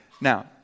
Now